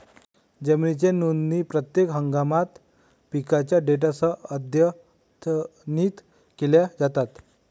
जमिनीच्या नोंदी प्रत्येक हंगामात पिकांच्या डेटासह अद्यतनित केल्या जातात